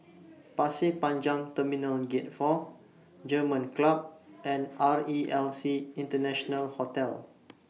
Pasir Panjang Terminal Gate four German Club and R E L C International Hotel